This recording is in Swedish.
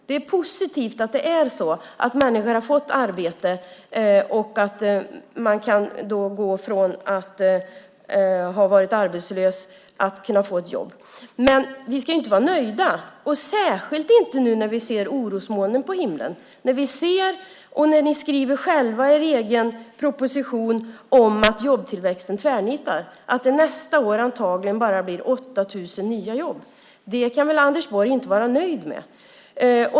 Det är positivt att människor har fått arbete, att man kan gå från att ha varit arbetslös till att få ett jobb. Men vi ska inte vara nöjda, särskilt inte nu när vi ser orosmolnen på himlen. Ni skriver själva i er egen proposition att jobbtillväxten tvärnitar, att det nästa år antagligen bara blir 8 000 nya jobb. Det kan väl Anders Borg inte vara nöjd med.